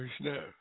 snap